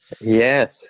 Yes